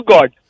God